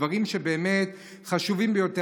דברים באמת חשובים ביותר.